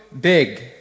big